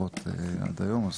לפחות עד היום.